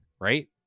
right